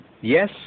Yes